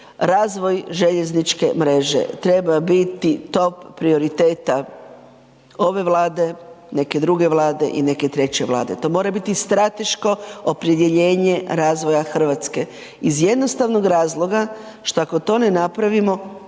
razvoj željezničke mreže treba biti top prioriteta ove Vlade, neke druge vlade i neke treće vlade, to mora biti strateško opredjeljenje razvoja Hrvatske iz jednostavnog razloga šta ako to ne napravimo